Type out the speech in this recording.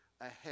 ahead